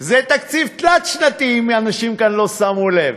זה תקציב תלת-שנתי, אם אנשים כאן לא שמו לב.